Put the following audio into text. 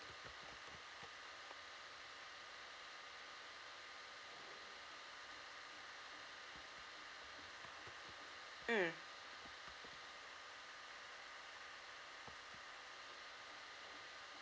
mm